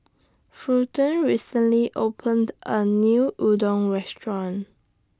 Fulton recently opened A New Udon Restaurant